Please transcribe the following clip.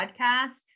podcast